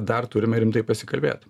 dar turime rimtai pasikalbėt